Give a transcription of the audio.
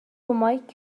مايك